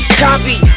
copy